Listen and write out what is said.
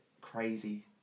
crazy